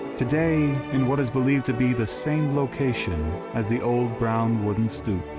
today in what is believed to be the same location as the old brown wooden stoop,